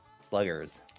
Sluggers